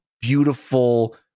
beautiful